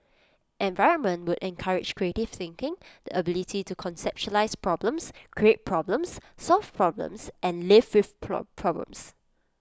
environment would encourage creative thinking the ability to conceptualise problems create problems solve problems and live with pro problems